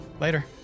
Later